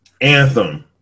Anthem